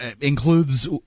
includes